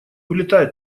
улетай